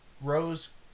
Rose